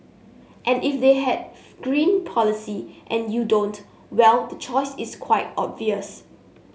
and if they have green policy and you don't well the choice is quite obvious